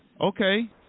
okay